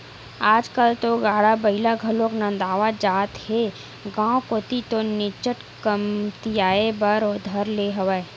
आजकल तो गाड़ा बइला घलोक नंदावत जात हे गांव कोती तो निच्चट कमतियाये बर धर ले हवय